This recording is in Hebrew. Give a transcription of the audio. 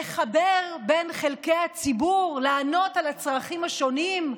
לחבר בין חלקי הציבור, לענות על הצרכים השונים,